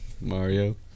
Mario